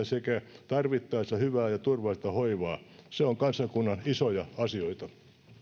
sekä tarvittaessa hyvää ja turvallista hoivaa se on kansakunnan isoja asioita